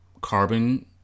carbon